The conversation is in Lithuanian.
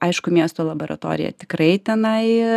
aišku miesto laboratorija tikrai tenai